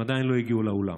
הם עדיין לא הגיעו לאולם,